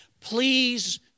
Please